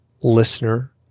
listener